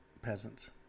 Peasants